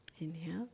Inhale